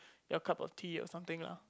your cup of tea or something lah